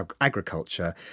agriculture